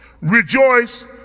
Rejoice